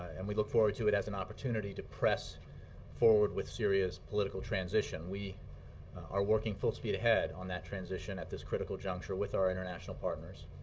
and we look forward to it as an opportunity to press forward with syria's political transition. we are working full-speed ahead on that transition at this critical juncture with our international partners.